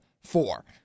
four